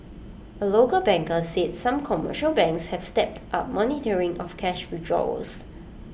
A local banker said some commercial banks have stepped up monitoring of cash withdrawals